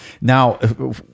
Now